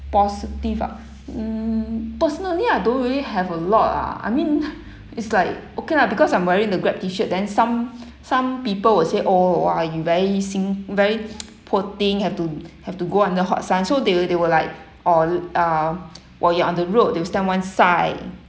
positive ah um personally I don't really have a lot lah I mean it's like okay lah because I'm wearing the grab t-shirt then some some people will say oh !wah! you very sing very poor thing have to have to go under hot sun so they will they will like oh um while you're on the road to stand one side